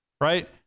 Right